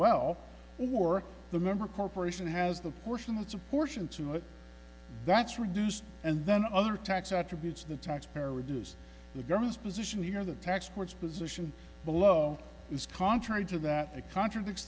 well or the member corporation has the portion with a portion to it that's reduced and then other tax attributes the tax payer reduce the government's position here the tax court's position below is contrary to that it contradicts